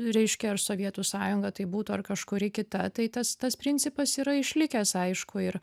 reiškia ar sovietų sąjunga tai būtų ar kažkuri kita tai tas tas principas yra išlikęs aišku ir